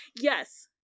Yes